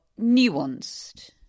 nuanced